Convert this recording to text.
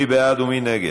מי בעד ומי נגד?